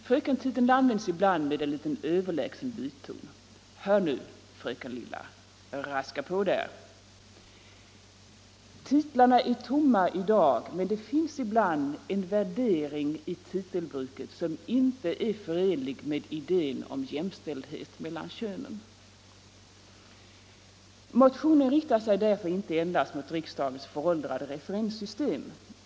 Frökentiteln används ibland med en litet överlägsen biton: ”Hör nu, fröken lilla, raska på där!” Titlarna är tomma i dag, men det finns ibland en värdering i titelbruket som inte är förenlig med idén om jämställdhet mellan könen. Motionen riktar sig därför inte endast mot riksdagens föråldrade referenssystem.